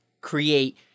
create